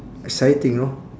exciting know